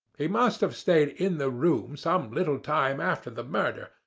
he must have stayed in the room some little time after the murder,